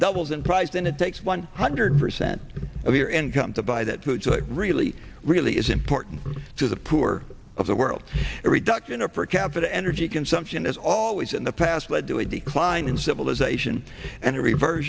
doubles in price and it takes one hundred percent of your income to buy that food so it really really is important to the poor of the world a reduction in a per capita energy consumption as always in the past led to a decline in civilization and a revers